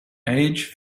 age